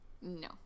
No